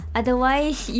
otherwise